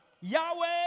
Yahweh